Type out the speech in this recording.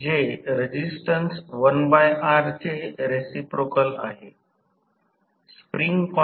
तर ते Pm PG 3 I2 2 r2असेल परंतु येथून PG 3 I2 2r2 येथे हा PG पर्याय आहे